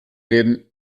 reden